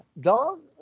dog